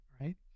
right